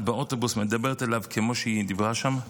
באוטובוס מדברת אליו כמו שהיא דיברה שם,